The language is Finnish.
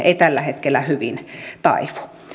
ei tällä hetkellä hyvin taivu